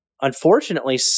unfortunately